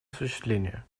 осуществления